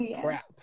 crap